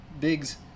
Biggs